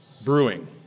brewing